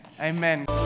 Amen